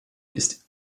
ist